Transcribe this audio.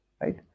Right